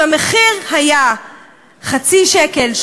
אם המחיר היה חצי שקל,